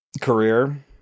Career